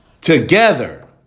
Together